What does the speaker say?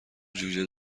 جوجه